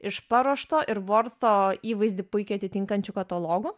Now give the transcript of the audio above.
iš paruošto ir vorto įvaizdį puikiai atitinkančių katalogų